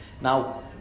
now